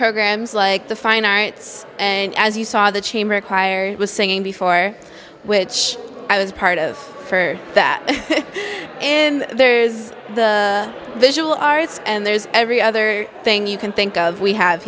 programs like the finites and as you saw the chamber choir was singing before which i was part of for that and there's the visual arts and there's every other thing you can think of we have